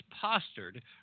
postured